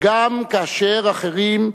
גם כאשר אחרים,